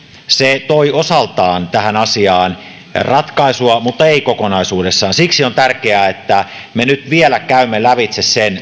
se toi osaltaan tähän asiaan ratkaisua mutta ei kokonaisuudessaan siksi on tärkeää että me nyt vielä käymme lävitse sen